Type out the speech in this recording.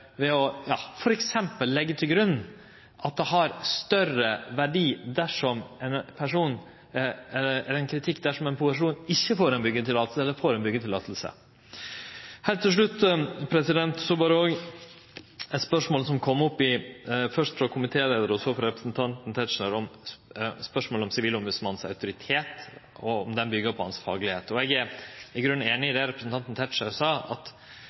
ved f.eks. å leggje til grunn at ein kritikk har større verdi dersom ein person ikkje får byggjeløyve, enn dersom han får byggjeløye. Heilt til slutt berre til eit spørsmål som kom opp, først frå komitéleiaren og så frå representanten Tetzschner, om Sivilombodsmannens autoritet byggjer på faglegheita hans. Eg er i grunnen einig i det representanten Tetzschner sa, at